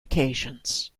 occasions